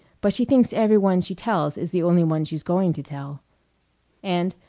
but she thinks every one she tells is the only one she's going to tell and,